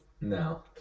No